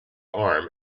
arm